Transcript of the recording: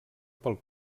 pel